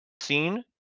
scene